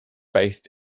based